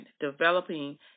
developing